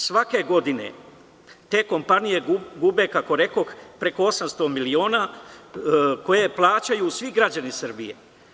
Svake godine te kompanije gube, kako rekoh, preko 800 miliona koje plaćaju svi građani Srbije.